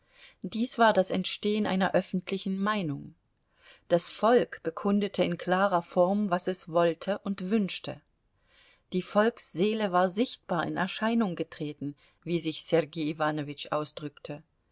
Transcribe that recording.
dies war das entstehen einer öffentlichen meinung das volk bekundete in klarer form was es wollte und wünschte die volksseele war sichtbar in erscheinung getreten wie sich sergei iwanowitsch ausdrückte